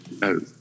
no